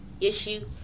issue